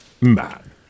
man